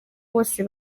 bose